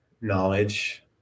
knowledge